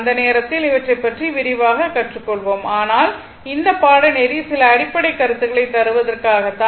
அந்த நேரத்தில் இவற்றை பற்றி விரிவாகக் கற்றுக்கொள்வோம் ஆனால் இந்த பாடநெறி சில அடிப்படை கருத்துக்களை தருவதற்காக தான்